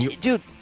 Dude